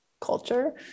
culture